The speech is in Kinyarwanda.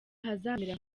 hazamera